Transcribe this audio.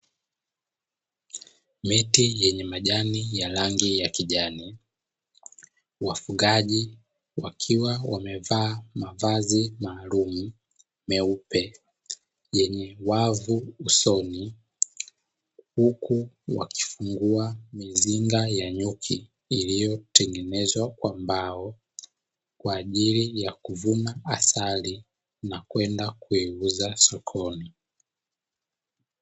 Miti yenye majani ya rangi ya kijani, wafugaji wakiwa wamevaa mavazi maalumu meupe, yenye wavu usoni huku wakifungua mizinga ya nyuki iliyotengenezwa kwa mbao kwajili ya kuvuna asali na kwenda kuiuza sokoni.